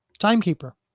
timekeeper